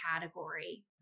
category